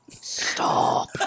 Stop